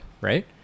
right